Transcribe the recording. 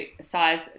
size